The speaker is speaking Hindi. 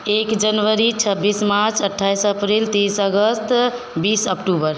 एक जनवरी छब्बीस मार्च अट्ठाईस अप्रैल तीस अगस्त बीस अक्टूबर